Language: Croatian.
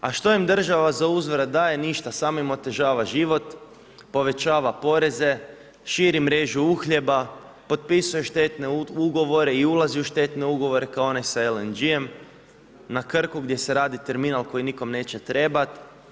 A što im država za uzvrat daje, ništa samo im otežava život, povećava poreze, širi mrežu uhljeba, potpisuje štetne ugovore i ulazi u štetne ugovore, kao onaj sa LNG-ijem na Krku gdje se radi terminal kojem nitko neće trebati.